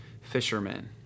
fishermen